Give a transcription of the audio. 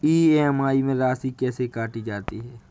EMI में राशि कैसे काटी जाती है?